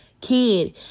Kid